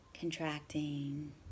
contracting